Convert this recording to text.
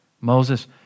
Moses